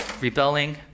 rebelling